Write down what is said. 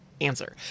answer